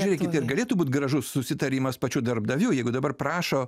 žiūrėkit ir galėtų būt gražus susitarimas pačių darbdavių jeigu dabar prašo